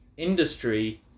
industry